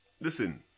Listen